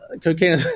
cocaine